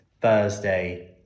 Thursday